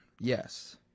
Yes